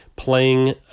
playing